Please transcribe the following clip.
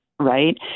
Right